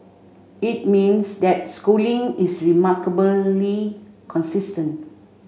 it means that Schooling is remarkably consistent